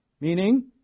Meaning